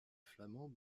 flamand